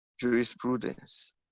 jurisprudence